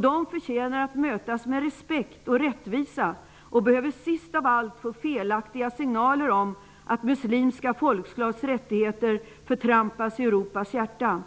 De förtjänar att mötas med respekt och rättvisa och behöver sist av allt få felaktiga signaler om att muslimska folkslags rättigheter förtrampas i Europas hjärta.